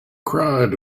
crowd